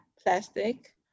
plastic